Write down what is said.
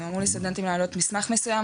סטודנטים אמרו לסטודנטים להעלות מסמך מסוים,